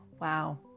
wow